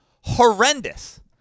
horrendous